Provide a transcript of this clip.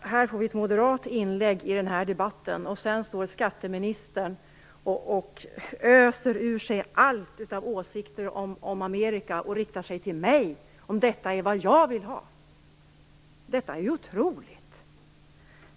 Här får vi ett moderat inlägg i debatten, och sedan står skatteministern och öser ur sig allt av åsikter om Amerika och riktar sig till mig och frågar om detta är vad jag vill ha. Detta är otroligt!